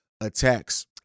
attacks